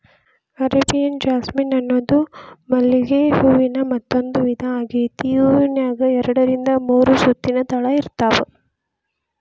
Arabian jasmine ಅನ್ನೋದು ಮಲ್ಲಿಗೆ ಹೂವಿನ ಮತ್ತಂದೂ ವಿಧಾ ಆಗೇತಿ, ಈ ಹೂನ್ಯಾಗ ಎರಡರಿಂದ ಮೂರು ಸುತ್ತಿನ ದಳ ಇರ್ತಾವ